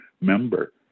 member